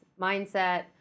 mindset